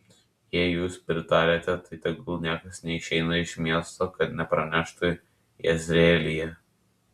jei jūs pritariate tai tegul niekas neišeina iš miesto kad nepraneštų jezreelyje